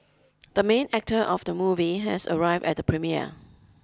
the main actor of the movie has arrived at the premiere